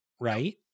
right